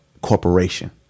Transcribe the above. Corporation